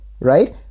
right